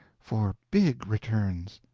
for big returns.